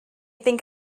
think